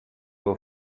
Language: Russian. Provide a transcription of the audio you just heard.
его